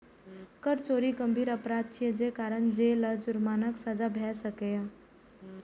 कर चोरी गंभीर अपराध छियै, जे कारण जेल आ जुर्मानाक सजा भए सकैए